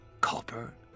copper